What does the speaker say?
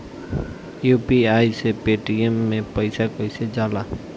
UPI से Paytm मे पैसा कइसे जाला?